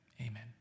Amen